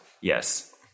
Yes